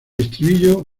estribillo